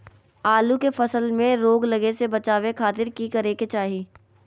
आलू के फसल में रोग लगे से बचावे खातिर की करे के चाही?